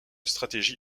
stratégie